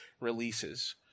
releases